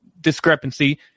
discrepancy